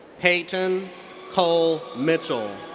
peyton cole mitchell.